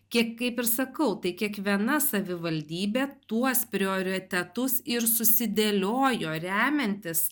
kiek kaip ir sakau tai kiekviena savivaldybė tuos prioritetus ir susidėliojo remiantis